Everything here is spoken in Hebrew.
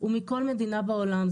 הוא מכל מדינה בעולם.